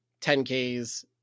10Ks